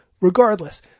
Regardless